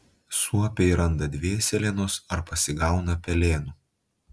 suopiai randa dvėselienos ar pasigauna pelėnų